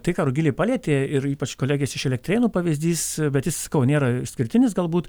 tai ką rugilė palietė ir ypač kolegės iš elektrėnų pavyzdys bet jis sakau nėra išskirtinis galbūt